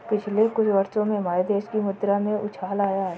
पिछले कुछ वर्षों में हमारे देश की मुद्रा में उछाल आया है